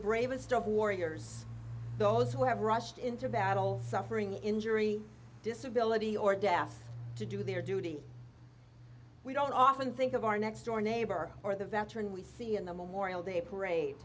bravest of warriors those who have rushed into battle suffering injury disability or death to do their duty we don't often think of our next door neighbor or the veteran we see in the memorial day parade